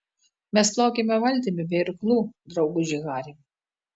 mes plaukiame valtimi be irklų drauguži hari